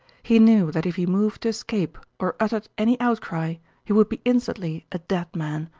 he knew that if he moved to escape or uttered any outcry he would be instantly a dead man,